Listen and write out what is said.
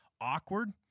awkward